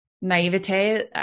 naivete